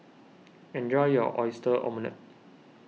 enjoy your Oyster Omelette